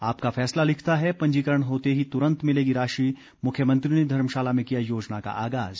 आपका फैसला लिखता है पंजीकरण होते ही तुरंत मिलेगी राशि मुख्यमंत्री ने धर्मशाला में किया योजना का आगाज़